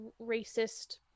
racist